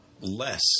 less